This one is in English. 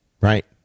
right